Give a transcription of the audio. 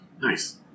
Nice